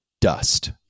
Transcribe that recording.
dust